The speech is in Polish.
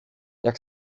jak